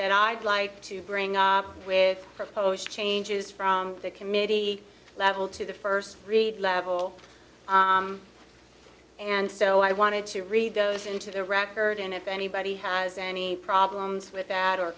that i'd like to bring with proposed changes from the committee level to the first three level and so i wanted to read those into the record and if anybody has any problems with that or